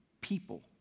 people